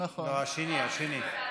השני, השני.